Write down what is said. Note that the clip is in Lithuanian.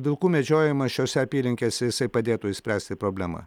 vilkų medžiojimas šiose apylinkėse jisai padėtų išspręsti problemą